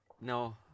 No